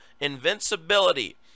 invincibility